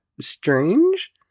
strange